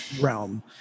realm